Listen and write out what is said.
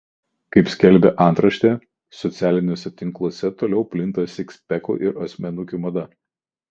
kaip skelbia antraštė socialiniuose tinkluose toliau plinta sikspekų ir asmenukių mada